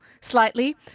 slightly